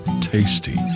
tasty